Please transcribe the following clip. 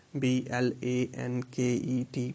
blanket